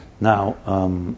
Now